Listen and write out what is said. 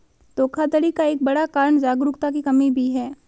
धोखाधड़ी का एक बड़ा कारण जागरूकता की कमी भी है